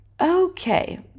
okay